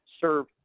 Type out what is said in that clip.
serve